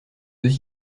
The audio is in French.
deux